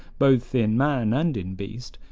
both in man and in beast,